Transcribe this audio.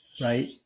right